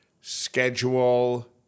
schedule